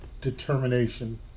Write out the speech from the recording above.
determination